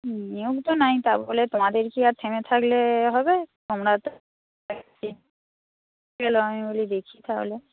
নিয়ম তো নেই তা বলে তোমাদের কি আর থেমে থাকলে হবে তোমরা তো আমি বলি দেখি তাহলে